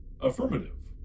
Affirmative